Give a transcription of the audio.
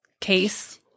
case